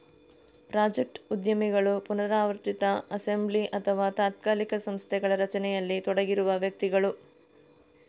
project ಉದ್ಯಮಿಗಳು ಪುನರಾವರ್ತಿತ assembly ಅಥವಾ ತಾತ್ಕಾಲಿಕ ಸಂಸ್ಥೆಗಳ ರಚನೆಯಲ್ಲಿ ತೊಡಗಿರುವ ವ್ಯಕ್ತಿಗಳು